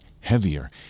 heavier